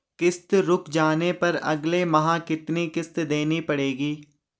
किश्त रुक जाने पर अगले माह कितनी किश्त देनी पड़ेगी?